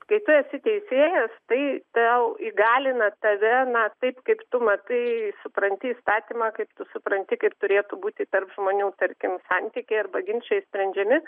kai tu esi teisėjas tai tau įgalina tave na taip kaip tu matai supranti įstatymą kaip tu supranti kaip turėtų būti tarp žmonių tarkim santykiai arba ginčai sprendžiami